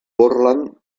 portland